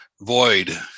Void